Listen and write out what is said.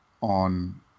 on